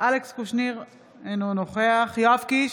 אלכס קושניר, אינו נוכח יואב קיש,